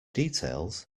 details